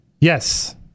Yes